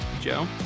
Joe